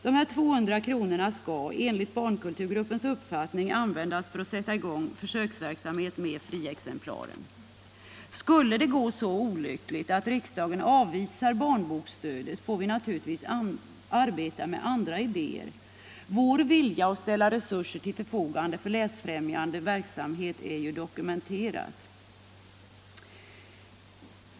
De här 200 000 kronorna skall enligt barnkulturgruppens uppfattning användas för att sätta i gång försöksverksamheten med friexemplaren. Skulle det gå så olyckligt att riksdagen avvisar barnboksstödet får vi naturligtvis arbeta med andra idéer. Vår vilja att ställa resurser till förfogande för läsfrämjande verksamhet är ju dokumenterad.